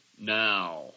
now